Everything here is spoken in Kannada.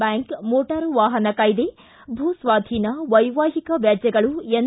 ಬ್ಯಾಂಕ್ ಮೋಟಾರು ವಾಹನ ಕಾಯ್ದೆ ಭೂ ಸ್ವಾಧೀನ ವೈವಾಹಿಕ ವ್ಯಾಜ್ಯಗಳು ಎನ್